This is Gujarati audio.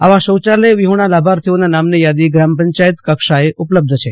આવા શૌચાલય વિફોણા લાભાર્થીઓના નામની યાદી ગ્રામ પંચાયત કક્ષાએ ઉપલબ્ધ છે